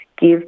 give